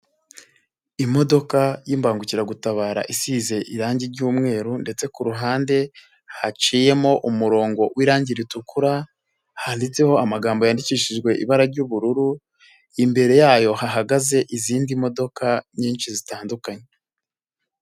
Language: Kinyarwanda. Imodoka y'imbangukiragutabara isize irangi ry'umweru ndetse ku ruhande haciyemo umurongo w'irangi ritukura, handitseho amagambo yandikishijwe ibara ry'ubururu, imbere yayo hahagaze izindi modoka nyinshi zitandukanye.